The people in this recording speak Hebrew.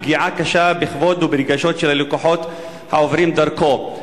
לפגיעה קשה בכבוד וברגשות של הלקוחות העוברים דרכו.